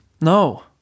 no